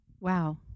Wow